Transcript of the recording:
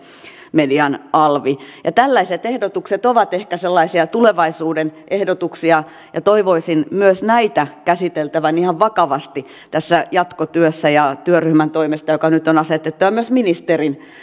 median alvi tällaiset ehdotukset ovat ehkä sellaisia tulevaisuuden ehdotuksia ja toivoisin myös näitä käsiteltävän ihan vakavasti tässä jatkotyössä ja työryhmän toimesta joka nyt on asetettu ja myös ministerin